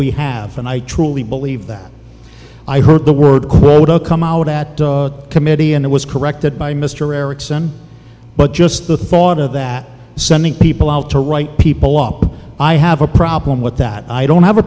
we have and i truly believe that i heard the word quota come out at committee and it was corrected by mr erickson but just the thought of that sending people out to write people up i have a problem with that i don't have a